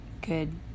good